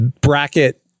bracket